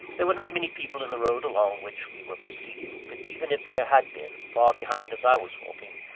there were not many people in the road along which we were proceeding but even if there had been, far behind as i was walking,